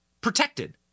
protected